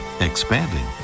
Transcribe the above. expanding